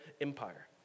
Empire